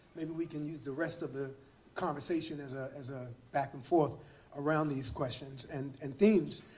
maybe we can use the rest of the conversation as ah as a back and forth around these questions and and themes